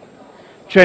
è